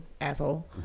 asshole